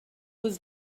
was